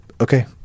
okay